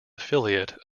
affiliate